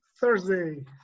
Thursday